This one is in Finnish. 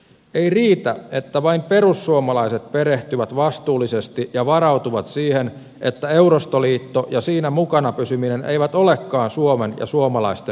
ei riitä että vain perussuomalaiset perehtyvät vastuullisesti ja varautuvat siihen että eurostoliitto ja siinä mukana pysyminen eivät olekaan suomen ja suomalaisten etu